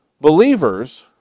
Believers